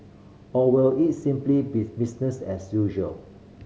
or will it simply be business as usual